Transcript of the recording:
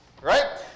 right